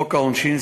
חוק העונשין,